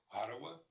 Ottawa